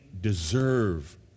deserve